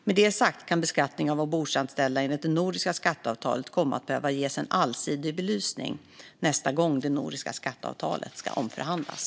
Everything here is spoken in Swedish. Med detta sagt kan beskattningen av ombordanställda enligt det nordiska skatteavtalet komma att behöva ges en allsidig belysning nästa gång det nordiska skatteavtalet ska omförhandlas.